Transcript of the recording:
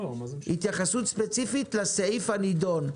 התייחסות ספציפית לסעיף הנידון.